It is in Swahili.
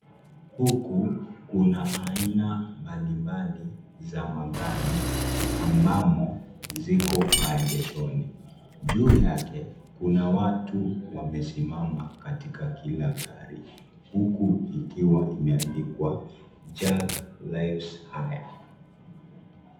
Huku kuna aina mbali mbali za magari ambamo ziko maegeshoni. Juu yake kuna watu wamesimama katika kila gari huku ikiwa imeandikwa Jack life's hire .